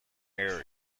areas